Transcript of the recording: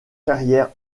carrière